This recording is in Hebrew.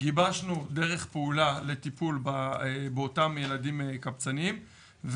גיבשנו דרך פעולה לטיפול באותם ילדים קבצנים,